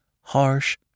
harsh